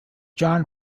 john